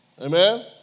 Amen